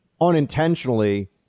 unintentionally